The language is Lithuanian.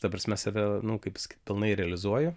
ta prasme save nu kaip pilnai realizuoju